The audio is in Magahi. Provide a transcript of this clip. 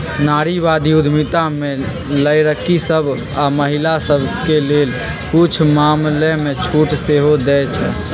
नारीवाद उद्यमिता में लइरकि सभ आऽ महिला सभके लेल कुछ मामलामें छूट सेहो देँइ छै